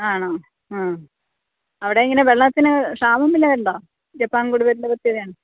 ആണോ ആ അവിടെ എങ്ങനെ വെള്ളത്തിന് വല്ല ക്ഷാമം വല്ലതും ഉണ്ടോ ജപ്പാൻ കുടിവെള്ളത്തിന്